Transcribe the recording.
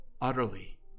utterly